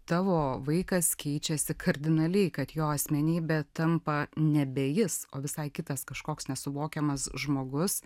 tavo vaikas keičiasi kardinaliai kad jo asmenybė tampa nebe jis o visai kitas kažkoks nesuvokiamas žmogus